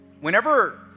whenever